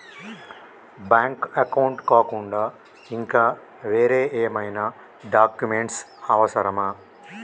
Bank account కాకుండా ఇంకా వేరే ఏమైనా డాక్యుమెంట్స్ అవసరమా?